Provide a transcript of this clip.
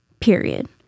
period